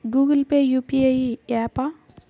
Google Pay UPI య్యాపా?